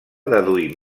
deduir